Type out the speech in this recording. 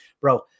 Bro